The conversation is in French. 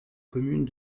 communes